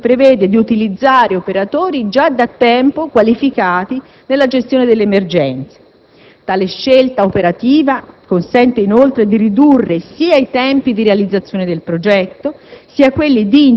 in quanto si prevede di utilizzare operatori già da tempo qualificati nella gestione delle emergenze. Tale scelta operativa consente, inoltre, di ridurre sia i tempi di realizzazione del progetto